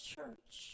Church